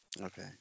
Okay